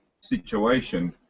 situation